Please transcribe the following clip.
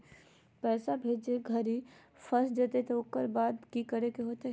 पैसा भेजे घरी फस जयते तो ओकर बाद की करे होते?